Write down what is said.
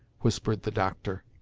whispered the doctor.